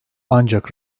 ancak